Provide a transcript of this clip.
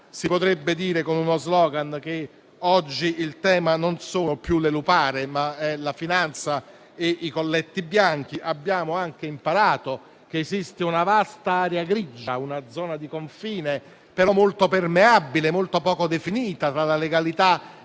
Si potrebbe dire con uno *slogan* che oggi il tema non sono più le lupare, ma la finanza e i colletti bianchi. Abbiamo anche imparato che esiste una vasta area grigia, una zona di confine molto permeabile e molto poco definita tra la legalità e l'illegalità.